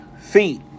feet